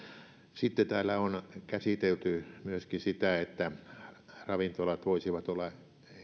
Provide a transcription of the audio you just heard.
sitten täällä on käsitelty myöskin sitä että ravintolat voisivat olla